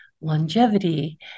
longevity